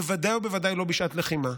בוודאי ובוודאי לא בשעת לחימה.